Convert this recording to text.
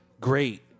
great